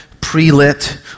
pre-lit